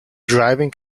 driving